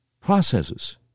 processes